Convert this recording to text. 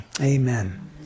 Amen